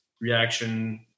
reaction